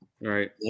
Right